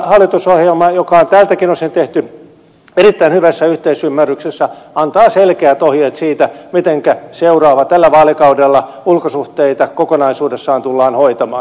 hallitusohjelma joka on tältäkin osin tehty erittäin hyvässä yhteisymmärryksessä antaa selkeät ohjeet siitä mitenkä tällä vaalikaudella ulkosuhteita kokonaisuudessaan tullaan hoitamaan